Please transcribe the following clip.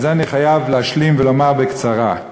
את זה אני חייב להשלים ולומר בקצרה: